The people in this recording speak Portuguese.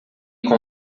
com